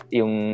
yung